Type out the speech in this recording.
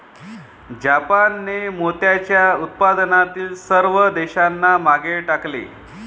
जापानने मोत्याच्या उत्पादनातील सर्व देशांना मागे टाकले